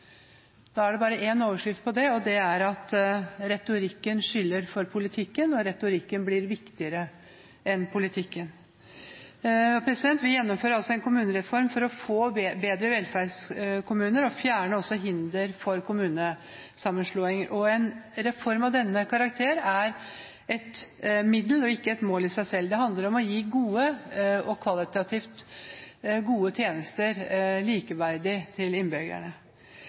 Da er det bare én overskrift på det, og det er at retorikken skygger for politikken, og retorikken blir viktigere enn politikken. Vi gjennomfører altså en kommunereform for å få bedre velferdskommuner og fjerne hinder for kommunesammenslåinger. En reform av denne karakter er et middel og ikke et mål i seg selv. Det handler om å gi kvalitativt gode tjenester, likeverdig, til innbyggerne.